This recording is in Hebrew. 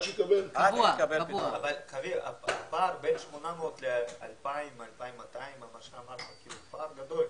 אבל הפער בין 800 ל-2,250 הוא גדול.